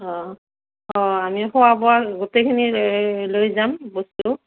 অ' অ' আমি খোৱা বোৱা গোটেইখিনি লৈ যাম বস্তু